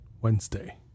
Wednesday